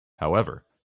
however